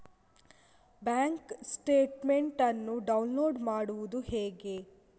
Bank statement ಅನ್ನು download ಮಾಡುವುದು ಹೇಗೆ?